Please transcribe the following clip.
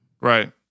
Right